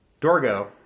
Dorgo